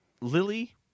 lily